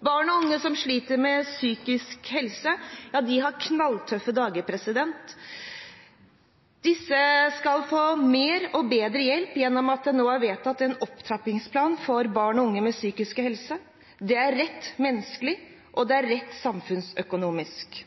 Barn og unge som sliter med psykiske helseproblemer, har knalltøffe dager. Disse skal få mer og bedre hjelp gjennom at det nå er vedtatt en opptrappingsplan for barn og unge med psykiske helseproblemer. Det er rett menneskelig, og det er rett samfunnsøkonomisk.